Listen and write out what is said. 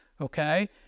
Okay